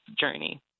journey